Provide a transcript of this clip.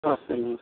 नमस्ते जी